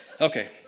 Okay